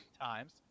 Times